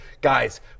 guys